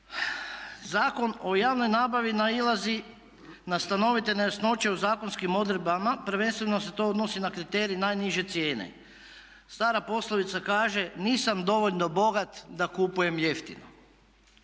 Zakon o javnoj nabavi nailazi na stanovite nejasnoće u zakonskim odredbama. Prvenstveno se to odnosi na kriterij najniže cijene. Stara poslovica kaže nisam dovoljno bogat da kupujem jeftino.